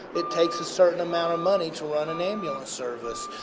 it takes a certain amount of money to run an ambulance service.